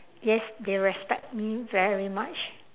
yes they respect me very much